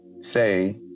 say